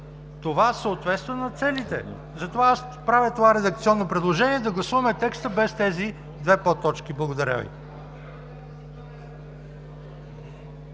съответства на целите. Затова правя това редакционно предложение да гласуваме текста без тези две подточки. Благодаря Ви.